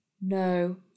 No